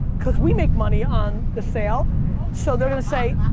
cause we make money on the sale so they're gonna say